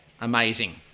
amazing